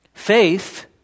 Faith